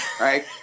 right